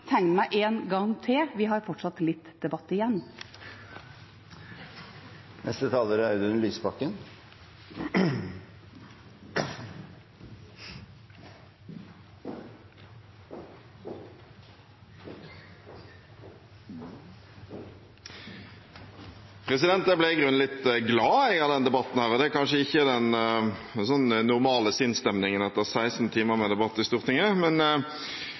tegne meg en gang til – vi har fortsatt litt debatt igjen. Jeg ble i grunnen litt glad av denne debatten, og det er kanskje ikke den normale sinnsstemningen etter 16 timer med debatt i Stortinget. Men